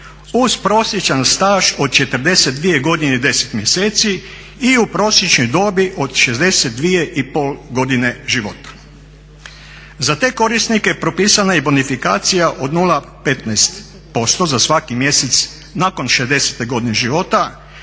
uz prosječan staž od 42 godine i 10 mjeseci i u prosječnoj dobi od 62,5 godine života. Za te korisnike propisana je i bonifikacija od 0,15% za svaki mjesec nakon 60. godine života